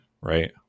right